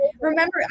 remember